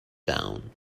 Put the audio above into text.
town